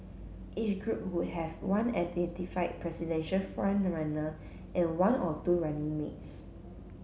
each group would have one identified presidential front runner and one or two running mates